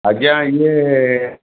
ଆଜ୍ଞା ଇଏ